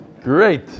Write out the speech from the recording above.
Great